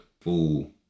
full